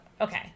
Okay